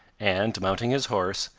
and, mounting his horse,